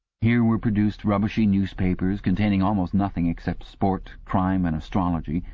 here were produced rubbishy newspapers containing almost nothing except sport, crime and astrology,